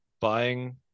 buying